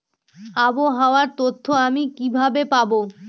আবহাওয়ার তথ্য আমি কিভাবে পাবো?